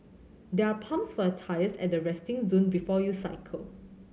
there are pumps for your tyres at the resting zone before you cycle